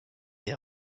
est